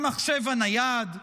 למחשב הנייד,